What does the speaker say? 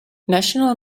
national